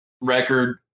record